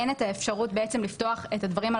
אין את האפשרות בעצם לפתוח את הדברים על